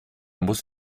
muss